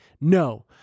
No